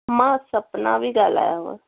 मां सपना पई ॻाल्हायाव